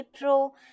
Pro